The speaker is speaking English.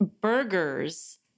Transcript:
burgers